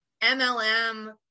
MLM